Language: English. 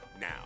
Now